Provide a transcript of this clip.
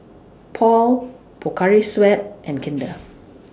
Paul Pocari Sweat and Kinder